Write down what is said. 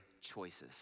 choices